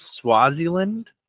Swaziland